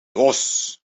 dos